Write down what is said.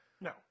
No